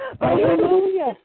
Hallelujah